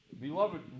Beloved